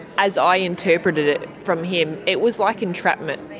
as i interpreted it from him, it was like entrapment.